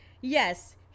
Yes